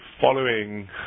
following